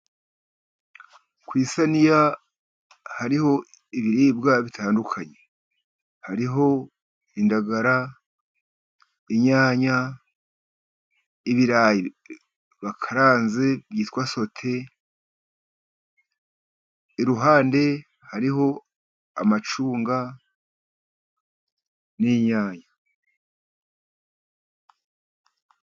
Ku isaniya hariho ibiribwa bitandukanye. Hariho indagara, inyanya, ibirayi bakaranze byitwa sote, iruhande hariho amacunga, n'inyanya.